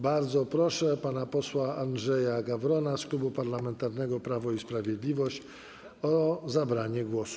Bardzo proszę pana posła Andrzeja Gawrona z Klubu Parlamentarnego Prawo i Sprawiedliwość o zabranie głosu.